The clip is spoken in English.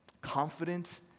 Confident